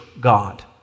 God